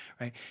right